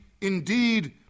indeed